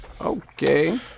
Okay